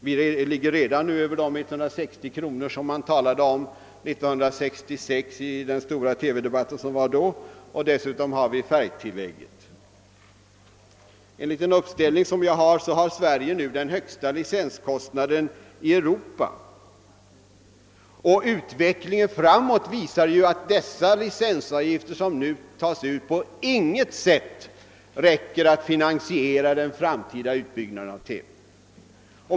Vår licenskostnad ligger redan över de 160 kronor som det talades om i den stora TV-debatten 1966, och dessutom finns tillägget för färg-TV Enligt en uppställning som jag tagit med mig här har Sverige nu den högsta licenskostnaden i Europa. Utvecklingen framåt visar att de licensavgifter som tas ut på inget sätt räcker till att finansiera den framtida utbyggnaden av TV.